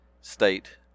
state